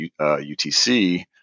UTC